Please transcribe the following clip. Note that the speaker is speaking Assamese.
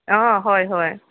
অ হয় হয়